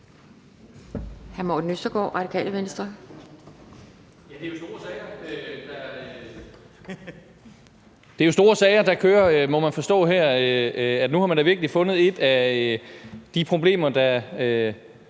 Det er jo store sager, der kører her, må man forstå. Nu har man da virkelig fundet et af de problemer, der